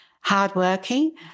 hardworking